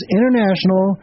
International